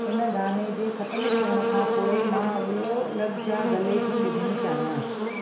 हिन गाने जे ख़तमु थियण खां पोइ मां अॻिलो लग जा गले थी ॿुधणु चाहियां